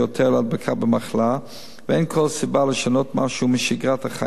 להדבקה במחלה ואין כל סיבה לשנות משהו בשגרת החיים.